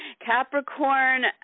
Capricorn